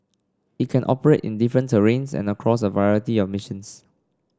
it can operate in different terrains and across a variety of missions